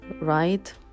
Right